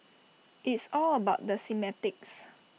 it's all about the semantics